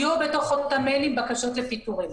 בתוך אותם מיילים היו בקשות לפיטורים,